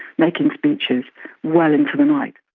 making speeches well into the night.